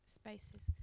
spaces